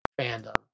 fandom